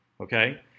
Okay